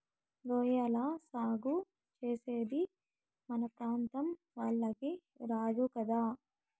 రొయ్యల సాగు చేసేది మన ప్రాంతం వాళ్లకి రాదు కదా